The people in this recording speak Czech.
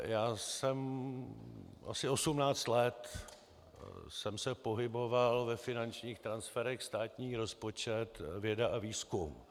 Já jsem se asi osmnáct let pohyboval ve finančních transferech státní rozpočet věda a výzkum.